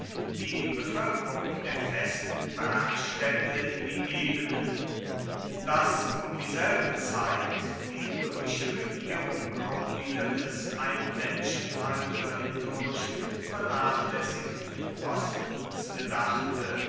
die bevölkerung der festen bergstädte in die ebenen daß um dieselbe zeit die römische regierung auch wieder des ein menschenalter hindurch vernachlässigten ostens gedachte